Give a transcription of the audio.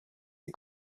les